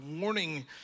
warning